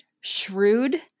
shrewd